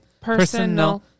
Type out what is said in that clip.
personal